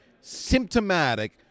symptomatic